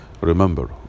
Remember